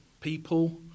people